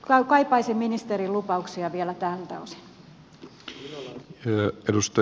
kaipaisin ministerin lupauksia vielä tältä osin